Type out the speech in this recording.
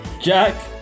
Jack